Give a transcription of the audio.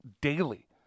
daily